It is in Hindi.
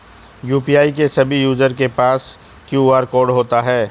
यू.पी.आई के सभी यूजर के पास क्यू.आर कोड होता है